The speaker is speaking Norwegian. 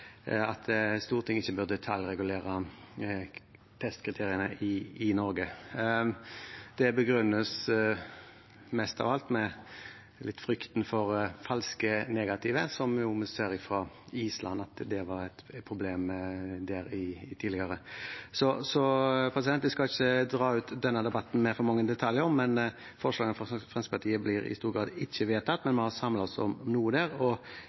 Stortinget ikke bør detaljregulere testkriteriene i Norge. Det begrunnes mest av alt med frykten for falske negative, noe vi jo ser fra Island at var et problem der tidligere. Jeg skal ikke dra ut denne debatten med for mange detaljer. Forslagene fra Fremskrittspartiet blir i stor grad ikke vedtatt, men vi har samlet oss om noe der, og